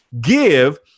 give